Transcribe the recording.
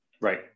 Right